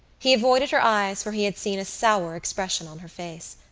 he avoided her eyes for he had seen a sour expression on her face.